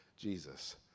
Jesus